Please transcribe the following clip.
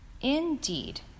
Indeed